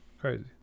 crazy